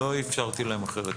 לא אפשרתי להם אחרת.